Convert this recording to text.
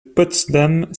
potsdam